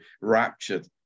raptured